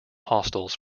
hostels